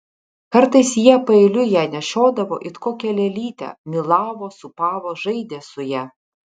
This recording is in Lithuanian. kartais jie paeiliui ją nešiodavo it kokią lėlytę mylavo sūpavo žaidė su ja